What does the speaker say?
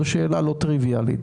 זו שאלה לא טריוויאלית.